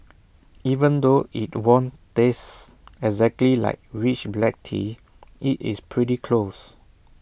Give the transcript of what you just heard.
even though IT won't taste exactly like rich black tea IT is pretty close